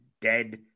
dead